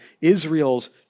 Israel's